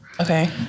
Okay